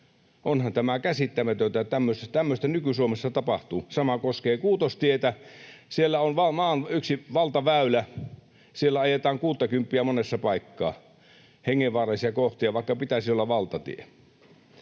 Onhan tämä käsittämätöntä, että tämmöistä nyky-Suomessa tapahtuu. Sama koskee Kuutostietä. Siellä on yksi maan valtaväylä. Siellä ajetaan kuuttakymppiä monessa paikassa — hengenvaarallisia kohtia, vaikka pitäisi olla valtatie.